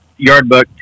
Yardbook